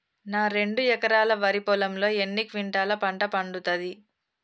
నా రెండు ఎకరాల వరి పొలంలో ఎన్ని క్వింటాలా పంట పండుతది?